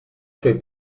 suoi